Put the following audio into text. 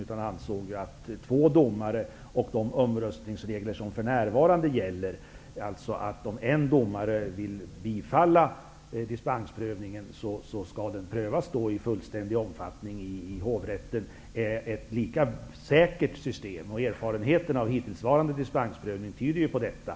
Lagrådet ansåg en prövning med två domare och de omröstningsregler som för närvarande gäller -- dvs. att om en domare vill bifalla dispensprövningen, skall saken prövas i fullständig omfattning av hovrätten -- är ett lika säkert system. Hittillsvarande dispensprövning tyder på detta.